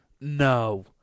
No